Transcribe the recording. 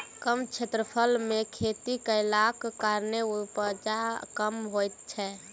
कम क्षेत्रफल मे खेती कयलाक कारणेँ उपजा कम होइत छै